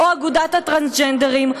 או אגודת הטרנסג'נדרים,